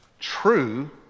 True